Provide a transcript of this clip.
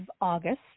August